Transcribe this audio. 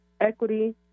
equity